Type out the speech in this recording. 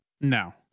no